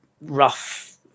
rough